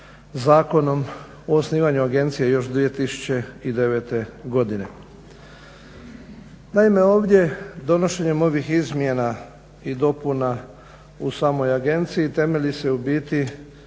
Zakonom o osnivanju agencije još 2009. godine. Naime, ovdje donošenjem ovih izmjena i dopuna u samoj agenciji temelji se u biti